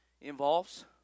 involves